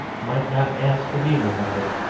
might not ask to be remembered,